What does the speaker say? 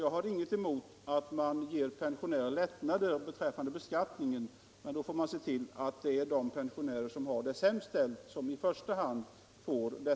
Jag har inget emot att man ger pensionärer lättnader i beskattningen, men då får man se till att det är de pensionärer som har det sämst ställt som i första hand får dem.